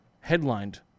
Headlined